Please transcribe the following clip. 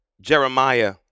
Jeremiah